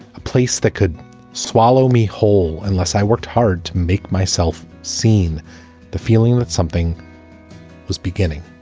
a place that could swallow me whole unless i worked hard to make myself seen the feeling that something was beginning.